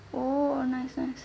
oh nice nice